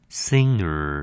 singer